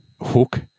hook